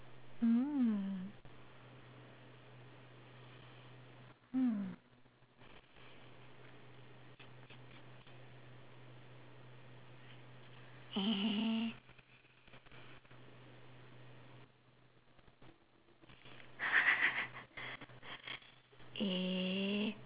mm hmm uh eh